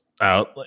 out